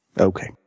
Okay